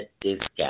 discount